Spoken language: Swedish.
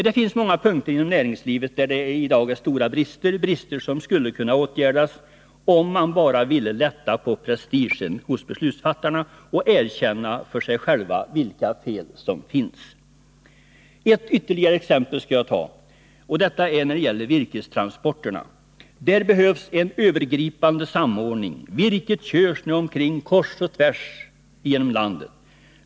Det finns många punkter inom näringslivet där det i dag är stora brister — brister som skulle kunna åtgärdas om man bara ville lätta på prestigen hos beslutsfattarna och erkänna för sig själv vilka fel som finns. Ett ytterligare exempel skall jag ta, och det gäller virkestransporterna. Där behövs en övergripande samordning. Virket körs nu omkring kors och tvärs inom landet.